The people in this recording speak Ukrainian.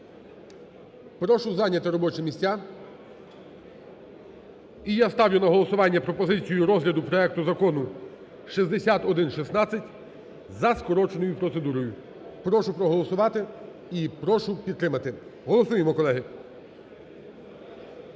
прошу зайняти робочі місця і я ставлю на голосування пропозицію розгляду проекту закону 6116 за скороченою процедурою. Прошу проголосувати і прошу підтримати. Голосуємо, колеги.